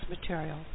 material